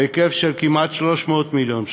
בהיקף של כמעט 300 מיליון שקל,